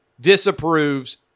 disapproves